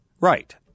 Right